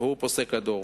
שהוא פוסק הדור.